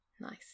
Nice